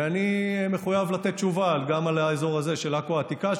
ואני מחויב לתת תשובה גם על האזור הזה של עכו העתיקה,